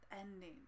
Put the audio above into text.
ending